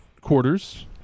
quarters